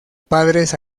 padres